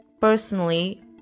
personally